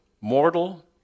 Mortal